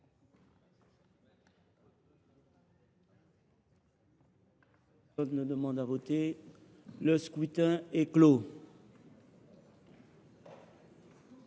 Le scrutin est clos.